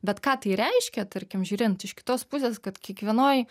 bet ką tai reiškia tarkim žiūrint iš kitos pusės kad kiekvienoj